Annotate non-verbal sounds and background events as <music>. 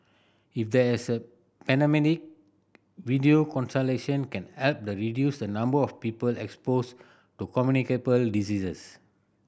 if there is a <unintelligible> video consultation can help the reduce the number of people exposed to communicable diseases